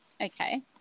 Okay